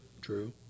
true